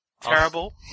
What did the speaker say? terrible